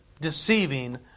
Deceiving